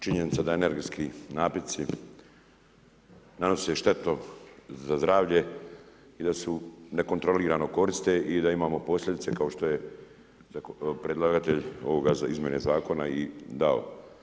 Činjenica da energetski napitci nanose štetu za zdravlje i da se nekontrolirano koriste i da imamo posljedice kao što je predlagatelj izmjene zakona i dao.